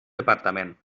departament